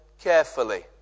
carefully